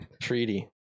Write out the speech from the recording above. Treaty